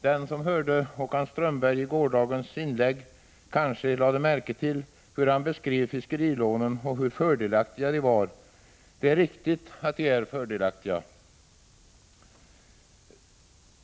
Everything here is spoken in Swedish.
Den som hörde Håkan Strömberg i gårdagens debatt kanske lade märke till hur han beskrev fiskerilånen som varande fördelaktiga. Det är riktigt att de är fördelaktiga.